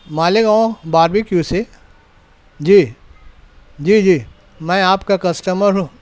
مالے گاؤں barbecue سے جی جی جی میں آپ کا کسٹمر ہوں